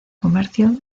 comercio